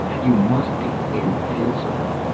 you must be invincible!